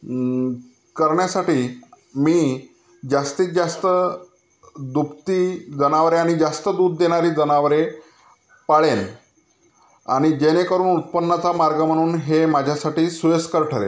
करण्यासाठी मी जास्तीत जास्त दुभती जनावरे आणि जास्त दूध देणारी जनावरे पाळेन आणि जेणेकरून उत्पन्नाचा मार्ग म्हणून हे माझ्यासाठी सोयीस्कर ठरेल